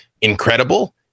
incredible